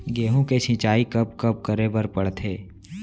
गेहूँ के सिंचाई कब कब करे बर पड़थे?